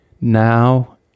now